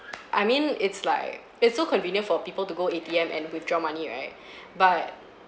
I mean it's like it's so convenient for people to go A_T_M and withdraw money right but